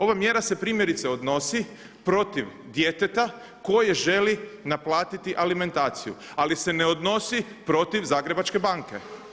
Ova mjera se primjerice odnosi protiv djeteta koje želi naplatiti alimentaciju ali se ne odnosi protiv Zagrebačke banke.